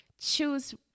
Choose